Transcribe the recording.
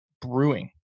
Brewing